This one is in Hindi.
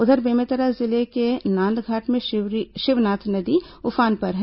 उधर बेमेतरा जिले के नांदघाट में शिवनाथ नदी उफान पर है